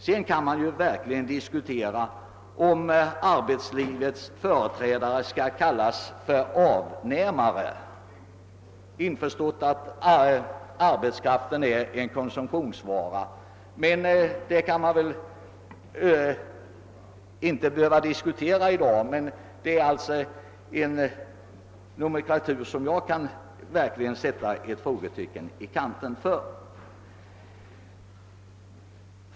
Sedan kan man verkligen ifrågasätta, om arbetslivets företrädare skall kallas för avnämare, införstått att arbetskraften är en konsumtionsvara, men det behöver vi väl inte diskutera i dag. Det är emellertid en nomenklatur som jag verkligen vill sätta ett frågetecken i kanten för.